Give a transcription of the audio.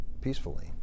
peacefully